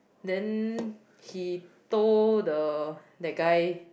then he told the the guy